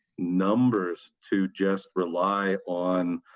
numbers, to just rely on